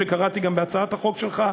שקראתי גם בהצעת החוק שלך,